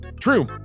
true